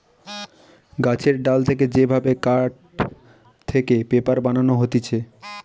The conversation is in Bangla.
গাছের ডাল থেকে যে ভাবে কাঠ থেকে পেপার বানানো হতিছে